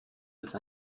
ist